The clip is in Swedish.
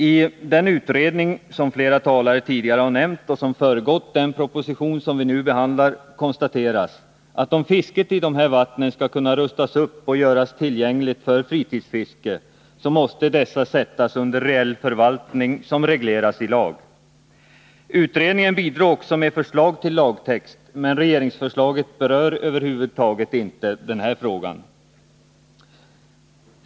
I den utredning som flera talare har nämnt och som föregått den proposition vi nu behandlar konstateras att om fisket i dessa vatten skall kunna rustas upp och vattnen göras tillgängliga för fritidsfiske, så måste dessa sättas under reell förvaltning som regleras i lag. Utredningen bidrog också med förslag till lagtext, men regeringsförslaget berör över huvud taget inte den här frågan.